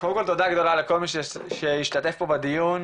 קודם כל תודה גדולה לכל מי שהשתתף פה בדיון.